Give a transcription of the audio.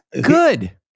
good